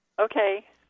Okay